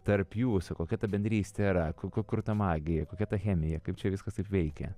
tarp jūsų kokia ta bendrystė yra ku kur ta magija kokia ta chemija kaip čia viskas veikia